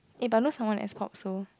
eh but no someone escort so